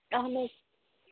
اَہَن حظ